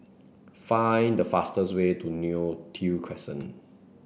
find the fastest way to Neo Tiew Crescent